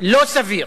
לא סביר